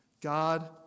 God